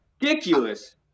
ridiculous